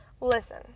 Listen